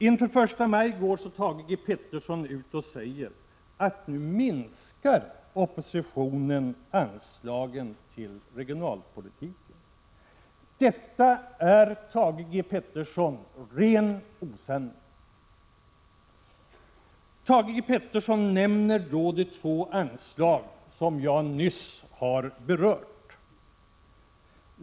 Inför den första maj gick Thage G. Peterson ut och sade att oppositionen nu minskar anslagen till regionalpolitiken. Thage G. Peterson, det är en ren lögn. Thage G. Peterson nämnde då de två anslag, som jag nyss har berört.